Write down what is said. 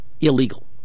illegal